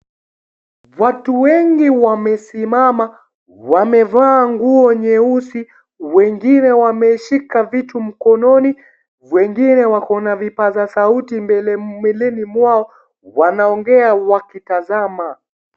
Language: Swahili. Watu wengi wamesimama, wamevaa nguo nyeusi. Wengine wameshika vitu mkononi, wengine wako na vipaza sauti mbeleni mwao, wanaongea wakitazama.